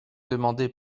demandée